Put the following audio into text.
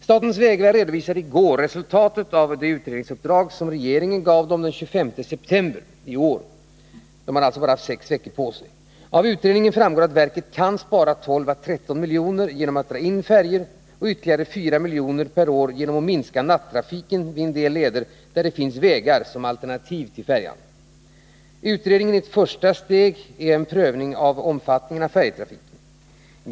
Statens vägverk redovisade i går resultatet av det utredningsuppdrag som regeringen gav vägverket den 25 september i år. Av utredningen framgår att verket kan spara 12-13 milj.kr. genom färjeindragningar och ytterligare ca 4 milj.kr. per år genom att minska nattrafiken vid färjeleder där det finns vägar som är alternativ till färjeleden. Utredningen är ett första steg i en prövning av färjetrafikens omfattning.